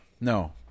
No